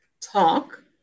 Talk